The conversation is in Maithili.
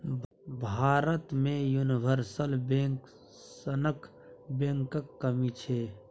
भारत मे युनिवर्सल बैंक सनक बैंकक कमी छै